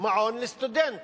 מעון לסטודנט,